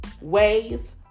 ways